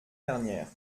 dernière